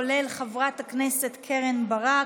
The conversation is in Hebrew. כולל חברת הכנסת קרן ברק.